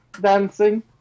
dancing